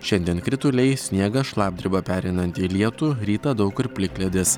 šiandien krituliai sniegas šlapdriba pereinanti į lietų rytą daug kur plikledis